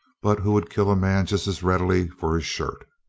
but who would kill a man just as readily for his shirt.